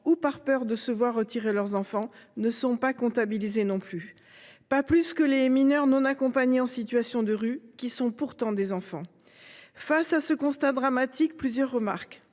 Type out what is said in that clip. ou par peur de se voir retirer leurs enfants, ne sont pas comptabilisées, non plus que les mineurs non accompagnés (MNA) en situation de rue, qui sont pourtant des enfants. Face à ce constat dramatique, plusieurs remarques